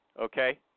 okay